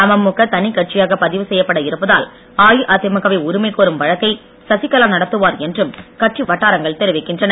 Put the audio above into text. அமுக தனிக் கட்சியாக பதிவு செய்யப்பட இருப்பதால் அஇஅதிமுகவை உரிமை கோரும் வழக்கை சசிகலா நடத்துவார் என்றும் கட்சி வட்டாரங்கள் தெரிவிக்கின்றன